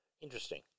interesting